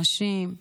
נשים,